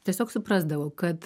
tiesiog suprasdavau kad